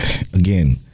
again